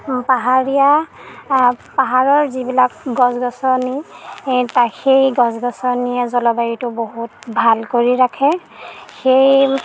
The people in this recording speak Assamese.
পাহাৰীয়া পাহাৰৰ যিবিলাক গছ গছনি সেই গছ গছনিয়ে জলবায়ুটো বহুত ভাল কৰি ৰাখে সেই